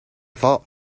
fault